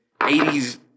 80s